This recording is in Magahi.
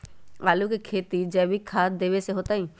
आलु के खेती जैविक खाध देवे से होतई?